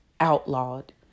Outlawed